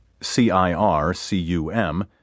C-I-R-C-U-M